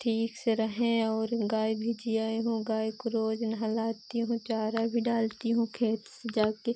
ठीक से रहें और गाय भी जियाई हूँ गाय को रोज़ नहलाती हूँ चारा भी डालती हूँ खेत से जाकर